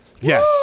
Yes